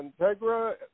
Integra